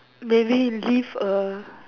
maybe leave uh